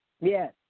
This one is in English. Yes